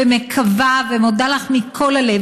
ומקווה ומודה לך מכל הלב,